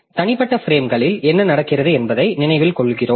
ஆகவே தனிப்பட்ட பிரேம்களில் என்ன நடக்கிறது என்பதை நினைவில் கொள்கிறோம்